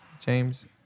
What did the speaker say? James